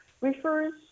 refers